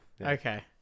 Okay